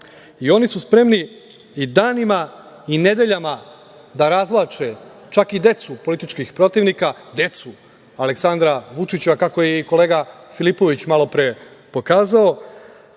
I oni su spremni danima i nedeljama da razvlače čak i decu političkih protivnika, decu Aleksandra Vučića, kako je kolega Filipović malo pre pokazao,